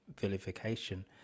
vilification